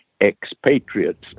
expatriates